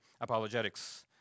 apologetics